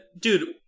Dude